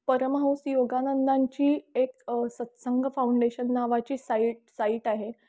परमहंस योगानंदांची एक सत्संग फाऊंडेशन नावाची साईट साईट आहे